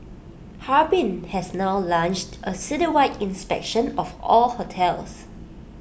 Harbin has now launched A citywide inspection of all hotels